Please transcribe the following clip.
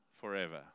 forever